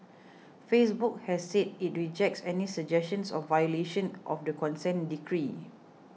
Facebook has said it rejects any suggestions of violation of the consent decree